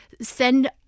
send